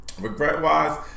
regret-wise